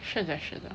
是的是的